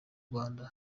rwanda